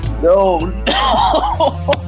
No